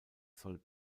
soll